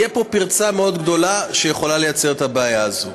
תהיה פה פרצה גדולה מאוד שיכולה ליצור את הבעיה הזאת.